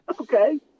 Okay